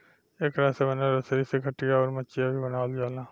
एकरा से बनल रसरी से खटिया, अउर मचिया भी बनावाल जाला